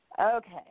Okay